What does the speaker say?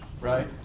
Right